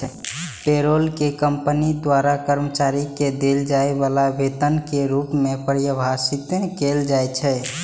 payroll कें company द्वारा कर्मचारी कें देल जाय बला वेतन के रूप मे परिभाषित कैल जाइ छै